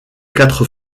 quatre